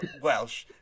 Welsh